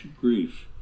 grief